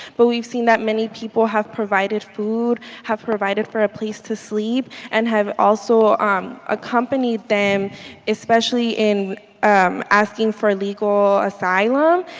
but we've seen that many people have provided food, have provided for a place to sleep and also um accompanied them especially in um asking for legal asylum.